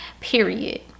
Period